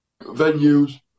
venues